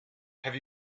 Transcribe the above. have